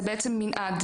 זה בעצם מנעד.